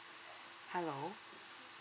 hello